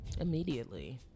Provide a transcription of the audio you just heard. immediately